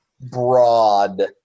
broad